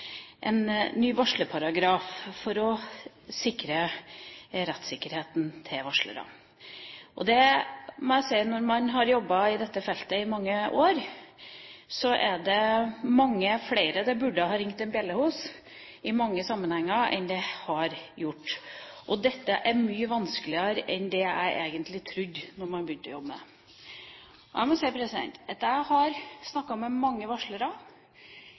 en ny varslerparagraf for å sikre rettsikkerheten til varslerne. Når man har jobbet i dette feltet i mange år, ser man at det for mange flere burde ha ringt en bjelle i mange sammenhenger, enn det det har gjort. Dette er mye vanskeligere enn det jeg egentlig trodde da vi begynte å jobbe med det. Jeg har snakket med mange varslere, og jeg har